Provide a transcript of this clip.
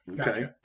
Okay